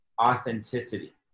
authenticity